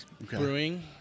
brewing